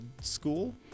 school